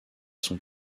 son